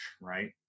right